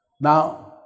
Now